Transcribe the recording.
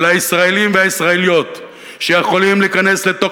אל הישראלים והישראליות שיכולים להיכנס לתוך